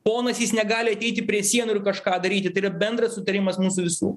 ponas jis negali ateiti prie sienų ir kažką daryti tai yra bendras sutarimas mūsų visų